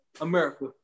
America